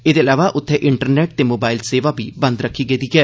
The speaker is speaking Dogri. एहदे अलावा उत्थें इंटरनेट ते मोबाईल सेवा बी बंद रक्खी गेदी ऐ